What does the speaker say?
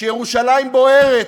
שירושלים בוערת